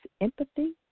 empathy